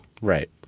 Right